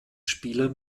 spieler